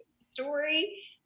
story